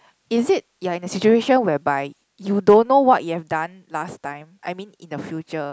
is it you are in a situation whereby you don't know what you have done last time I mean in the future